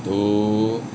two